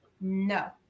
No